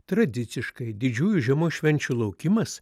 tradiciškai didžiųjų žiemos švenčių laukimas